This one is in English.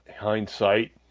hindsight